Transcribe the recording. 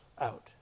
out